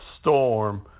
storm